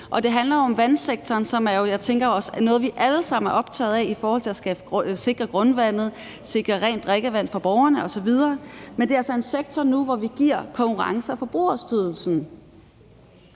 jeg tænker er noget, vi alle sammen er optaget af i forhold til at sikre grundvandet og sikre rent drikkevand til borgerne osv. Men det er altså en sektor, hvor vi nu giver Konkurrence- og Forbrugerstyrelsen